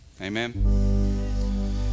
Amen